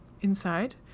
inside